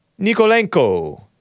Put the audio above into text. Nikolenko